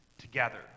together